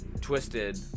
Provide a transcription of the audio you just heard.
Twisted